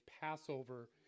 Passover